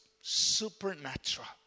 supernatural